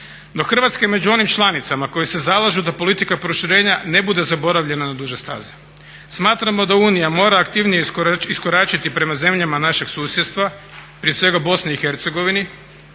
No Hrvatska je među onim članicama koje se zalažu da politika proširenja ne bude zaboravljena na duže staze. Smatramo da Unija mora aktivnije iskoračiti prema zemljama našeg susjedstva, prije svega BiH, pa Srbiji,